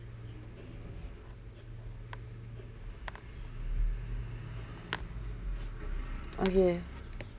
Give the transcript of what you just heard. okay